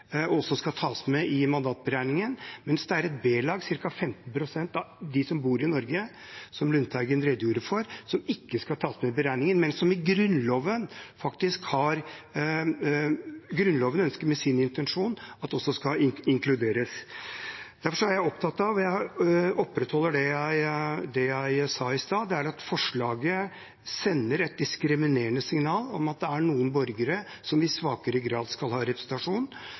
og som skal tas med i mandatberegningen, mens det er et b-lag, ca. 15 pst. av dem som bor i Norge, som Lundteigen redegjorde for, som ikke skal tas med i beregningen, mens Grunnlovens intensjon faktisk er at de også skal inkluderes. Derfor er jeg opptatt av – og jeg opprettholder det jeg sa i stad – at forslaget sender et diskriminerende signal om at det er noen borgere som i svakere grad skal ha representasjon.